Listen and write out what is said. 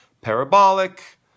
parabolic